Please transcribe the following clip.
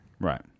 Right